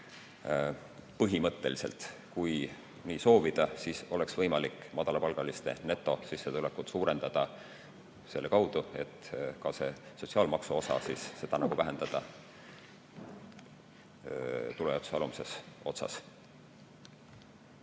Põhimõtteliselt, kui nii soovida, siis oleks võimalik madalapalgaliste netosissetulekut suurendada selle kaudu, et ka sotsiaalmaksu osa vähendada tulujaotuse alumises otsas.